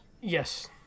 Yes